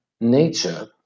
nature